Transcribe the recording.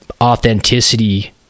authenticity